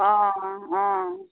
অঁ অঁ